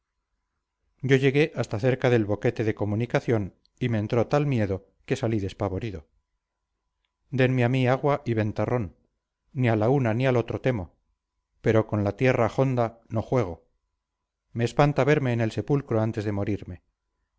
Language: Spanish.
yo llegué hasta cerca del boquete de comunicación y me entró tal miedo que salí despavorido denme a mí agua y ventarrón ni a la una ni al otro temo pero con la tierra jonda no juego me espanta verme en el sepulcro antes de morirme